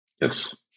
Yes